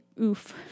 oof